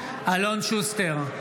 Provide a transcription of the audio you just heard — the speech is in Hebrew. בהצבעה אלון שוסטר,